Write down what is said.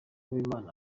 uwimana